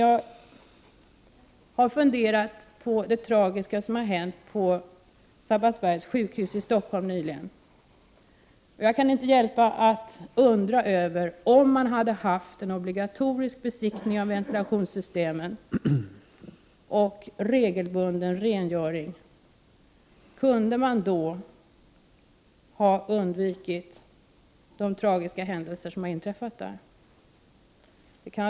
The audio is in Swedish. Jag har funderat över det tragiska som hänt på Sabbatsbergs sjukhus i Stockholm nyligen. Jag har undrat över om man, såvida man hade haft en obligatorisk besiktning av ventilationssystemen och regelbunden rengöring av dessa, kunde ha undvikit de tragiska händelser som har inträffat där.